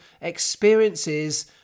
experiences